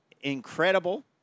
incredible